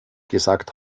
gesagt